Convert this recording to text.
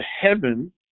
heaven